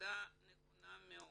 בנקודה נכונה מאוד.